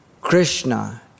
Krishna